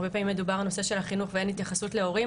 הרבה פעמים מדובר על נושא של החינוך ואין התייחסות להורים.